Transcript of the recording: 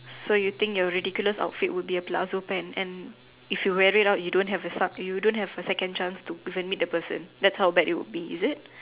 so you think your ridiculous outfit would be a blouse or pant and if you wear it you don't have you don't have a second chance to meet the person that's how bad it will be is it